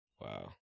Wow